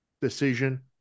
decision